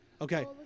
Okay